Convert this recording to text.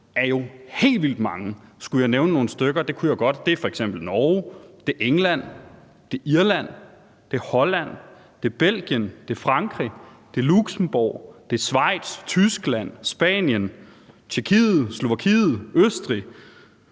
har gjort det. Skulle jeg nævne nogle stykker, og det kan jeg godt, så er det f.eks. Norge, det er England, det er Irland, det er Holland, det er Belgien, det er Frankrig, det er Luxembourg, det er Schweiz, Tyskland, Spanien, Tjekkiet, Slovakiet, Østrig,